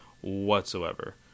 whatsoever